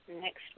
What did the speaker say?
next